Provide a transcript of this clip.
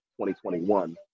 2021